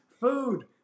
food